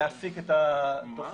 להפיק את הדוחות.